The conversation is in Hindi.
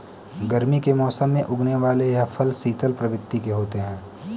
गर्मी के मौसम में उगने वाले यह फल शीतल प्रवृत्ति के होते हैं